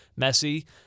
Messi